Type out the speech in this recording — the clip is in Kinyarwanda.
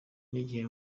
n’igihe